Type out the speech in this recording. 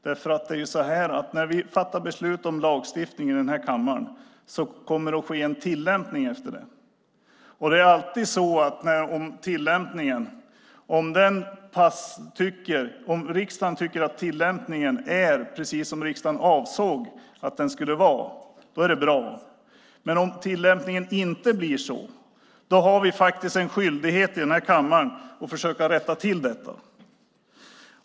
När vi i denna kammare fattar beslut om lagstiftningen sker ju en tillämpning efter den. Om riksdagen tycker att tillämpningen är precis som riksdagen avsåg att den skulle vara är det bra. Men om tillämpningen inte blir sådan har vi i denna kammare faktiskt en skyldighet att försöka rätta till det.